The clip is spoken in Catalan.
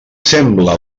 sembla